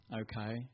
okay